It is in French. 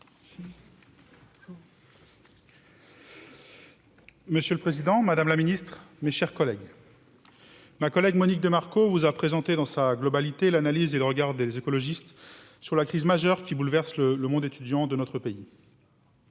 Monsieur le président, madame la ministre, mes chers collègues, Monique de Marco vous a présenté, dans sa globalité, l'analyse et le regard des écologistes sur la crise majeure qui bouleverse le monde étudiant de notre pays.